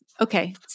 okay